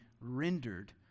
rendered